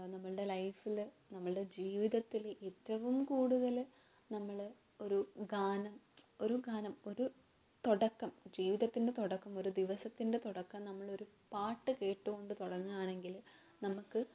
അത് നമ്മളുടെ ലൈഫിൽ നമ്മളുടെ ജീവിതത്തിൽ ഏറ്റവും കൂടുതൽ നമ്മൾ ഒരു ഗാനം ഒരു ഗാനം ഒരു തുടക്കം ജീവിതത്തിൻ്റെ തുടക്കം ഒരു ദിവസത്തിൻ്റെ തുടക്കം നമ്മൾ ഒരു പാട്ട് കേട്ട് കൊണ്ട് തുടങ്ങുകയാണെങ്കിൽ നമുക്ക്